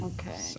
Okay